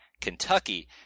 Kentucky